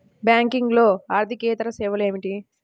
బ్యాంకింగ్లో అర్దికేతర సేవలు ఏమిటీ?